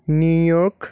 New York